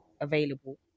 available